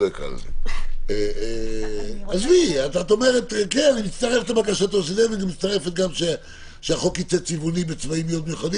את בעצם מצטרפת לבקשתו של איתן כדי שהתיקון יידחה,